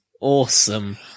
awesome